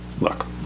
Look